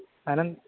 अलं